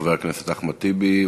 חבר הכנסת אחמד טיבי,